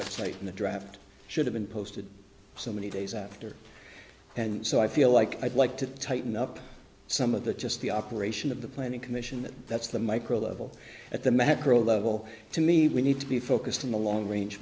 and the draft should have been posted so many days after and so i feel like i'd like to tighten up some of the just the operation of the planning commission that that's the micro level at the macro level to me we need to be focused on the long range